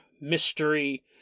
mystery